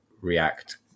react